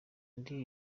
ndi